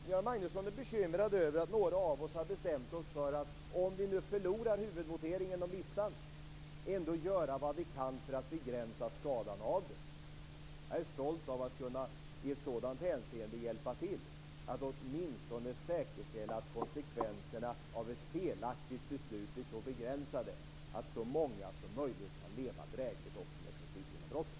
Göran Magnusson är bekymrad över att några av oss har bestämt oss för att vi, om vi nu förlorar huvudvoteringen om listan, ändå skall göra vad vi kan för att begränsa skadan av den. Jag är stolt att i ett sådant hänseende kunna hjälpa till att åtminstone säkerställa att konsekvenserna av ett felaktigt beslut blir så begränsade att så många som möjligt kan leva drägligt också med principgenombrottet.